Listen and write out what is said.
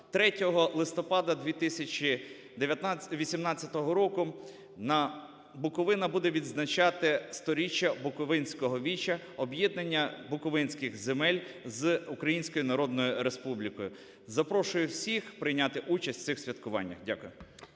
листопада 2018 року на… Буковина буде відзначати 100-річчя Буковинського віча, об'єднання буковинських земель з Українською Народною Республікою. Запрошую всіх прийняти участь в цих святкуваннях. Дякую.